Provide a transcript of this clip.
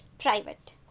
private